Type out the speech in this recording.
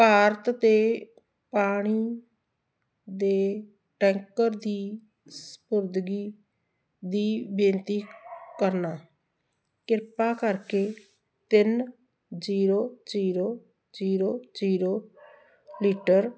ਭਾਰਤ ਤੇ ਪਾਣੀ ਦੇ ਟੈਂਕਰ ਦੀ ਸਪੁਰਦਗੀ ਦੀ ਬੇਨਤੀ ਕਰਨਾ ਕਿਰਪਾ ਕਰਕੇ ਤਿੰਨ zero zero zero zero litre